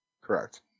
Correct